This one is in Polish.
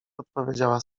odpowiedziała